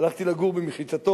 הלכתי לגור במחיצתו,